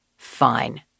Fine